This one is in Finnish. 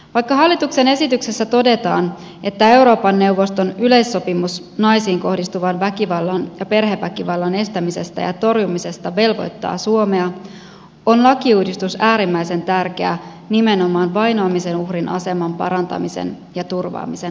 vaikka hallituksen esityksessä todetaan että euroopan neuvoston yleissopimus naisiin kohdistuvan väkivallan ja perheväkivallan estämisestä ja torjumisesta velvoittaa suomea on lakiuudistus äärimmäisen tärkeä nimenomaan vainoamisen uhrin aseman parantamisen ja turvaamisen vuoksi